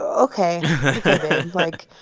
ok like,